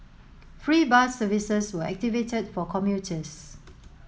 free bus services were activated for commuters